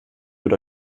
oder